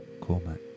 Cormac